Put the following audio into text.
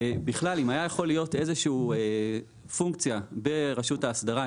ובגלל אם הייתה יכולה להיות איזושהי פונקציה ברשות האסדרה,